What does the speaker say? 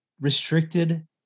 restricted